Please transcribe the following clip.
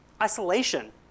isolation